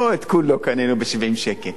לא את כולו קנינו ב-70 שקלים.